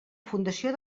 fundació